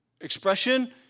expression